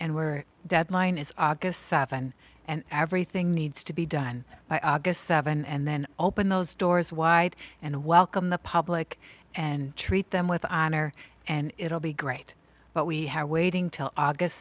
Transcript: and where deadline is august seventh and everything needs to be done by august seven and then open those doors wide and welcome the public and treat them with honor and it will be great but we have waiting till august